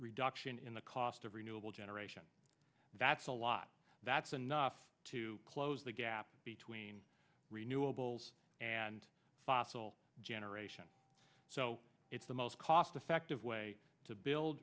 reduction in the cost of renewable generation that's a lot that's enough to close the gap between renewables and fossil generation so it's the most cost effective way to build